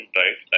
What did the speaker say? right